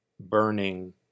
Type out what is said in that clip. burning